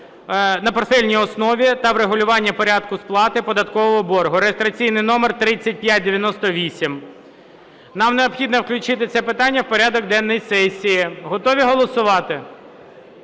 на портфельній основі та врегулювання порядку сплати податкового боргу (реєстраційний номер 3598). Нам необхідно включити це питання в порядок денний сесії. Готові голосувати?